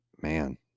man